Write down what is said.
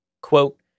Quote